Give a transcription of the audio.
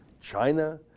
China